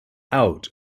out